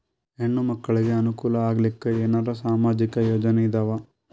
ಹೆಣ್ಣು ಮಕ್ಕಳಿಗೆ ಅನುಕೂಲ ಆಗಲಿಕ್ಕ ಏನರ ಸಾಮಾಜಿಕ ಯೋಜನೆ ಇದಾವ?